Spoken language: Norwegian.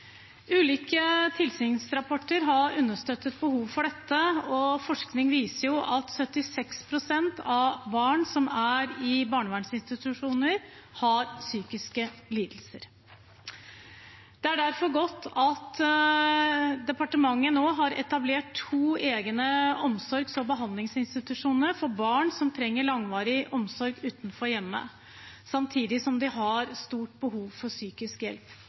Ulike tilsynsrapporter har understøttet behovet for dette, og forskning viser at 76 pst. av barn som er i barnevernsinstitusjoner, har psykiske lidelser. Det er derfor godt at departementet nå har etablert to egne omsorgs- og behandlingsinstitusjoner for barn som trenger langvarig omsorg utenfor hjemmet, samtidig som de har stort behov for psykisk hjelp.